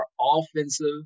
offensive